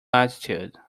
latitude